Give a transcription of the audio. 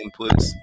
inputs